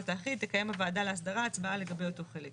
האחיד תקיים הוועדה להסדרה הצבעה לגבי אותו חלק.